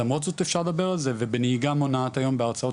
למרות זאת אפשר לדבר על זה ובנהיגה מונעת היום בהרצאות